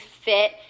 fit